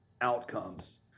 outcomes